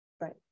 Right